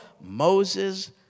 Moses